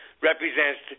represents